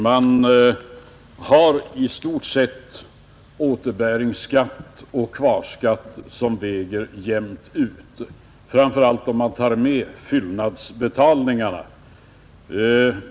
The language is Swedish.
Man har i stort sett återbäringsskatt och kvarskatt som går jämnt ut, framför allt om man tar med fyllnadsbetalningarna.